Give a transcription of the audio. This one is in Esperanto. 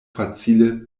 facile